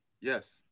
Yes